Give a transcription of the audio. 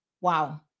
Wow